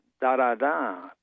da-da-da